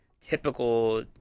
typical